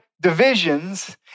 divisions